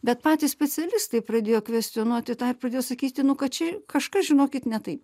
bet patys specialistai pradėjo kvestionuoti tą ir pradėjo sakyti nu kad čia kažkas žinokit ne taip